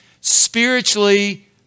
spiritually